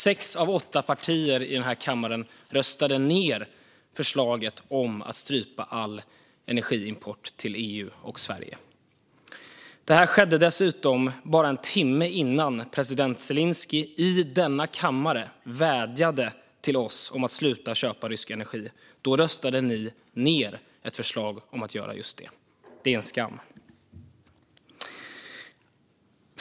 Sex av åtta partier i denna kammare röstade mot förslaget om att strypa all energiimport till EU och Sverige. Detta skedde dessutom bara en timme innan president Zelenskyj i denna kammare vädjade till oss att sluta köpa rysk energi. Då röstade ni ned ett förslag om att göra just det. Det är en skam.